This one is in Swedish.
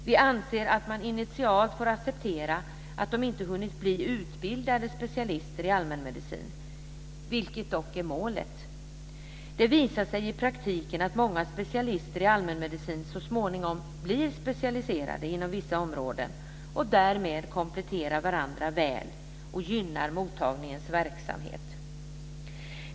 Vi anser att man initialt får acceptera att de inte hunnit bli utbildade specialister i allmänmedicin, vilket dock är målet. Det visar sig i praktiken att många specialister i allmänmedicin så småningom blir specialiserade inom vissa områden och därmed kompletterar varandra väl och gynnar mottagningens verksamhet.